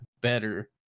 better